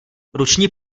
ruční